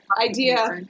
idea